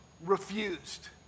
refused